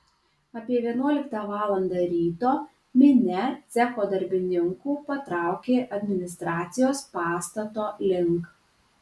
apie vienuoliktą valandą ryto minia cecho darbininkų patraukė administracijos pastato link